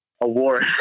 award